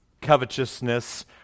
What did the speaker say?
covetousness